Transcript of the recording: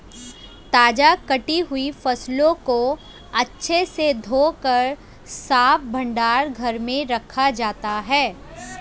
ताजा कटी हुई फसलों को अच्छे से धोकर साफ भंडार घर में रखा जाता है